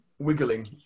Wiggling